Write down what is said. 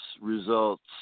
results